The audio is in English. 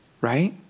right